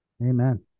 Amen